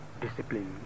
discipline